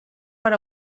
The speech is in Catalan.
per